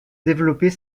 développer